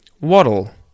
waddle